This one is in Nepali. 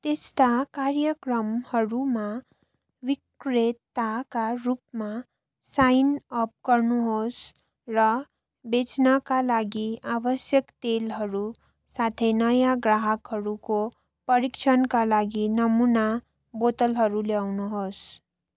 त्यस्ता कार्यक्रमहरूमा विक्रेताका रूपमा साइन अप गर्नुहोस् र बेच्नाका लागि आवश्यक तेलहरू साथै नयाँ ग्राहकहरूको परीक्षणका लागि नमूना बोतलहरू ल्याउनुहोस्